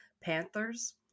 Panthers